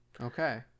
Okay